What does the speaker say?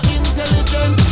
intelligent